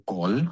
Call